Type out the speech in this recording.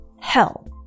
Hell